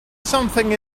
something